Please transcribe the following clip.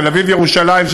תל-אביב ירושלים,